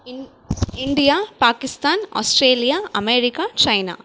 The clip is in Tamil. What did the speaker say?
in India Pakistan Australia America China